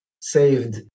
saved